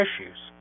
issues